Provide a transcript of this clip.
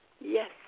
Yes